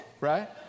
Right